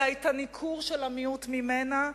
אלא את הניכור של המיעוט ממנה,